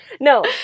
No